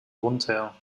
runter